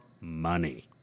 money